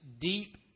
deep